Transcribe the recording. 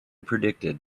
predicted